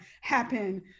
happen